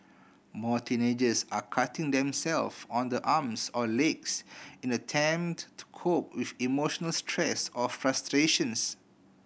more teenagers are cutting them self on the arms or legs in an attempt to cope with emotional stress or frustrations